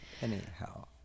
Anyhow